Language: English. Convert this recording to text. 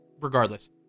Regardless